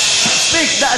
מספיק, די.